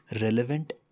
relevant